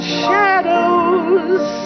shadows